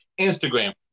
Instagram